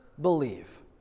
believe